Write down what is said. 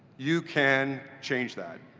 you can change that,